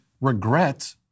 regret